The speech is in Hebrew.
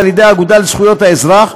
על ידי האגודה לזכויות האזרח,